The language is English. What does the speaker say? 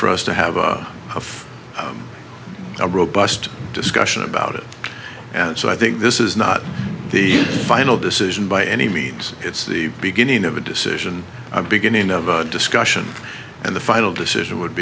for us to have a of a robust discussion about it and so i think this is not the final decision by any means it's the beginning of a decision beginning of a discussion and the final decision would